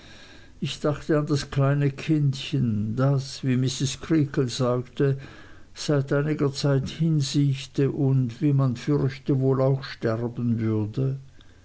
ich dachte an das kleine kindchen das wie mrs creakle sagte seit einiger zeit hinsiechte und wie man fürchte wohl auch sterben würde